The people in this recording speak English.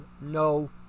no